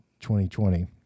2020